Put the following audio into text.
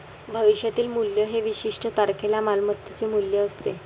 भविष्यातील मूल्य हे विशिष्ट तारखेला मालमत्तेचे मूल्य असते